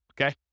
okay